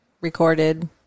recorded